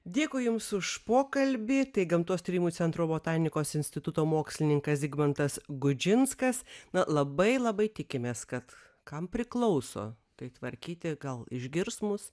dėkui jums už pokalbį gamtos tyrimų centro botanikos instituto mokslininkas zigmantas gudžinskas na labai labai tikimės kad kam priklauso tai tvarkyti gal išgirs mus